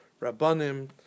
Rabbanim